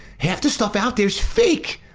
half the stuff out there is fake.